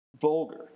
vulgar